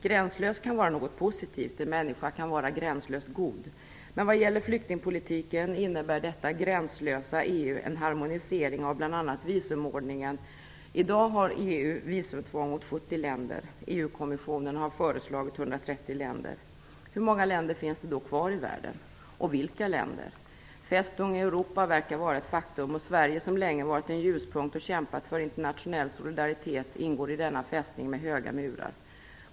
Gränslöst kan vara något positivt - en människa kan vara gränslöst god. Men vad gäller flyktingpolitiken innebär detta gränslösa I dag har EU visumtvång mot 70 länder. EU kommissionen har föreslagit att det skall vara 130 länder. Hur många länder i världen finns det då kvar, och vilka länder är det? "Festung Europa" verkar vara ett faktum, och Sverige som länge varit en ljuspunkt och som kämpat för internationell solidaritet ingår i denna fästning med höga murar.